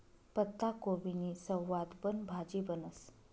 पत्ताकोबीनी सवादबन भाजी बनस